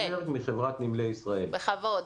בכבוד.